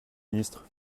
ministre